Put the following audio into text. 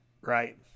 Right